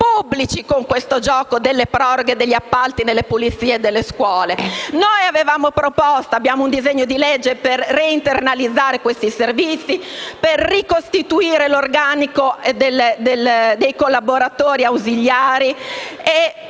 pubblici, con il gioco delle proroghe degli appalti di pulizia nelle scuola. Noi abbiamo proposto un disegno di legge per re-internalizzare questi servizi, per ricostituire l'organico dei collaboratori ausiliari e